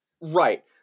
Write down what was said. right